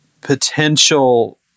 potential